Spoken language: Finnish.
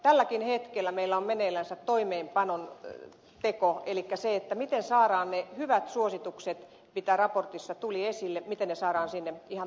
tälläkin hetkellä meillä on meneillänsä toimeenpanon teko elikkä se miten saadaan ne hyvät suositukset mitä raportissa tuli esille miten ne saadaan sinne ihan toimiviksi